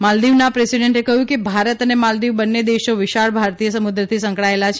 માલદિવના પ્રેસિડેન્ટે કહ્યું કે ભારત અને માલદિવ બંને દેશો વિશાળ ભારતીય સમુદ્રથી સંકળાયેલા છે